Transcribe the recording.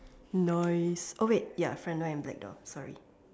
noise oh wait ya front door and back door sorry